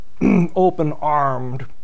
open-armed